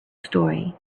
story